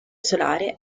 solare